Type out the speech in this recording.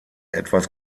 etwas